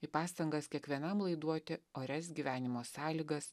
į pastangas kiekvienam laiduoti orias gyvenimo sąlygas